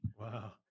Wow